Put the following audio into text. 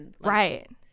Right